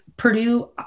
Purdue